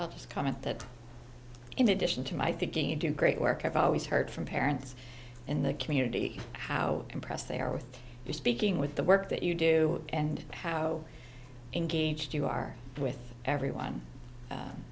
i'll just comment that in addition to my thinking you do great work i've always heard from parents in the community how impressed they are with you speaking with the work that you do and how engaged you are with everyone